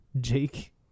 Jake